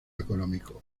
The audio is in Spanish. económico